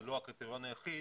זה לא הקריטריון היחיד,